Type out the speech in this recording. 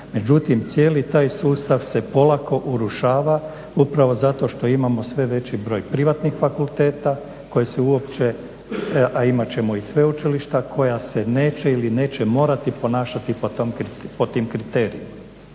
međutim cijeli taj sustav se polako urušava upravo zato što imamo sve veći broj privatnih fakulteta koji se uopće, a imat ćemo i sveučilišta koja se neće ili neće morati ponašati po tim kriterijima.